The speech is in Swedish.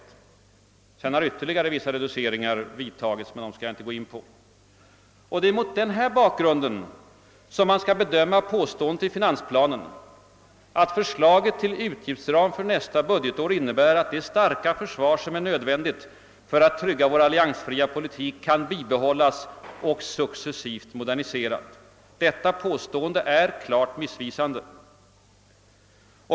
Därutöver har ytterligare reduceringar vidtagits som jag här icke skall gå in på. Det är mot den bakgrunden man skall bedöma påståendet i finansplanen att förslaget till utgiftsram för nästa budgetår innebär att »det starka försvar som är nödvändigt för att trygga vår alliansfria utrikespolitik kan bibehållas och successivt moderniseras». Detta påstående är klart missvisande.